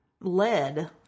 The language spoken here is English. lead